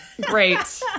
Great